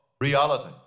Reality